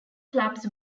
clubs